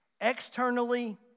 externally